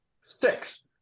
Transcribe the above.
six